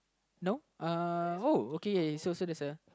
no uh oh okay so so there's a